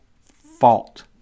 fault